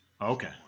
Okay